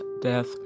death